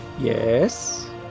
Yes